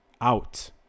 Out